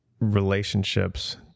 relationships